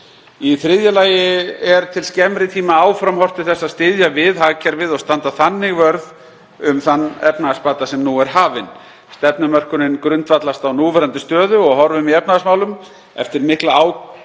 Í þriðja lagi er til skemmri tíma áfram horft til þess að styðja við hagkerfið og standa þannig vörð um þann efnahagsbata sem nú er hafinn. Stefnumörkunin grundvallast á núverandi stöðu og horfum í efnahagsmálum. Eftir mikla ágjöf